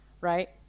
right